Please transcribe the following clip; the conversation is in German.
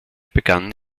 begann